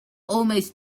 almost